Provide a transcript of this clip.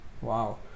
Wow